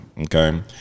okay